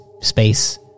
space